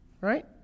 Right